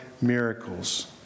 miracles